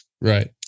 right